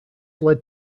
led